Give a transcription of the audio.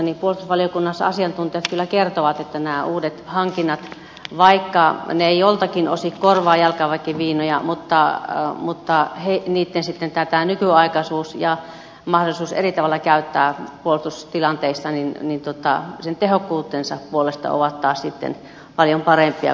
puolustusvaliokunnassa asiantuntijat kyllä kertoivat että nämä uudet hankinnat vaikka ne eivät joiltakin osin korvaa jalkaväkimiinoja nykyaikaisuutensa ja sen että on mahdollisuus eri tavoin käyttää niitä puolustustilanteissa sen tehokkuutensa puolesta ovat taas sitten paljon parempia kuin miinat